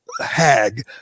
hag